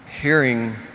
hearing